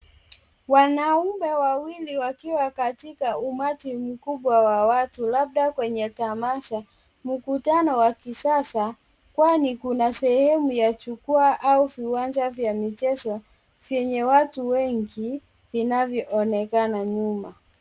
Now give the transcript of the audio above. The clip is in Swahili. Wanaume wawili wakiwa katika umati mkubwa wa watu labda kwenye tamasha mkutano wa kisasa kwani kuna sehemu ya jukwaa au viwanja vya michezo vyenye watu wengi vinavyoonekana nyuma.